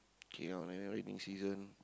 K lor like that lor in season